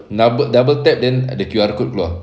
double double tap then the Q_R code keluar